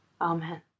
Amen